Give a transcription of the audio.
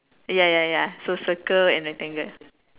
ya ya ya so circle and rectangle